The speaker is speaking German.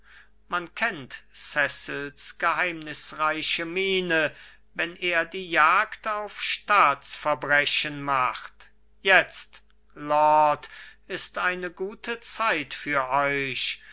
man kennt cecils geheimisreiche miene wenn er die jagd auf staatsverbrechen macht jetzt lord ist eine gute zeit für euch